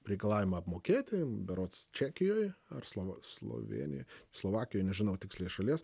reikalavimą apmokėti berods čekijoj ar slova slovėnijoj slovakijoj nežinau tiksliai šalies